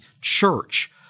church